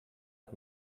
hat